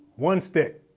one stick.